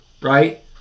right